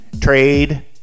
trade